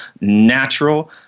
natural